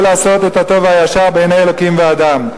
לעשות את הטוב והישר בעיני אלוקים ואדם,